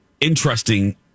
interesting